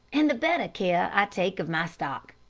and the better care i take of my stock.